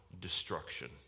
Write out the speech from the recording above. destruction